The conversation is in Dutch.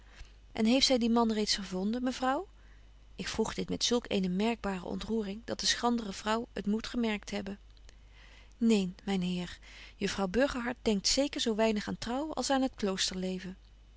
en heeft zy dien man reeds gevonden mevrouw ik vroeg dit met zulk eene merkbare ontroering dat de schrandre vrouw het moet gemerkt hebben neen myn heer juffrouw burgerhart denkt zeker zo weinig aan trouwen als aan het